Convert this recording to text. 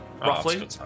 roughly